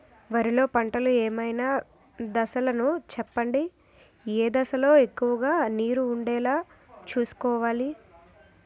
వరిలో పంటలు ఏమైన దశ లను చెప్పండి? ఏ దశ లొ ఎక్కువుగా నీరు వుండేలా చుస్కోవలి?